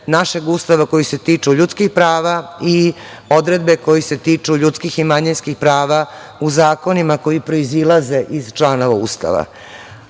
našeg Ustava koji se tiče ljudskih prava i odredbe koje se tiču ljudskih i manjinskih prava u zakonima koji proizilaze iz člana Ustava. Ako